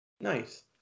Nice